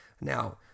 now